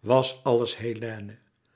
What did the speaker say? was alles hélène